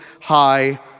High